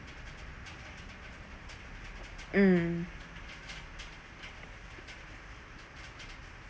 mm